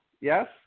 Yes